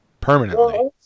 permanently